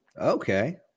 Okay